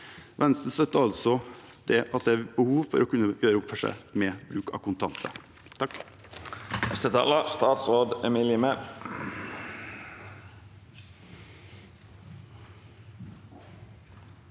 Venstre støtter altså at det er behov for å kunne gjøre opp for seg med bruk av kontanter.